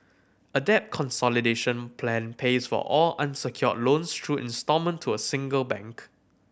a debt consolidation plan pays for all unsecured loans through instalment to a single bank